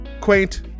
quaint